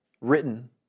written